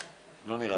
לא נראה לי.